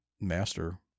master